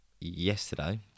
yesterday